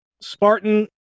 Spartan